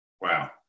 Wow